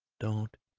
don't!